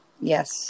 Yes